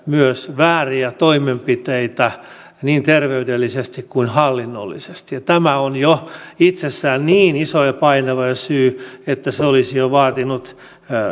myös vääriä toimenpiteitä niin terveydellisesti kuin hallinnollisesti tämä on jo itsessään niin iso ja painava syy että se olisi jo vaatinut